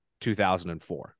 2004